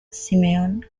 simeón